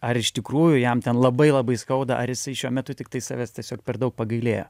ar iš tikrųjų jam ten labai labai skauda ar jisai šiuo metu tiktai savęs tiesiog per daug pagailėjo